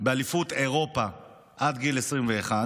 באליפות אירופה עד גיל 21,